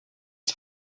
had